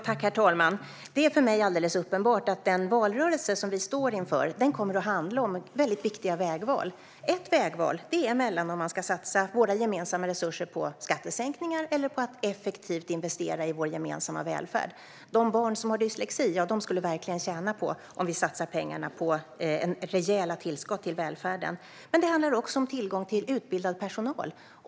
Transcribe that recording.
Herr talman! Det är för mig alldeles uppenbart att den valrörelsen som vi står inför kommer att handla om väldigt viktiga vägval. Ett vägval är om man ska satsa våra gemensamma resurser på skattesänkningar eller på att effektivt investera i vår gemensamma välfärd. De barn som har dyslexi skulle verkligen tjäna på om vi satsar pengarna på rejäla tillskott i välfärden. Det handlar också om tillgång till utbildad personal.